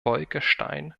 bolkestein